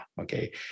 Okay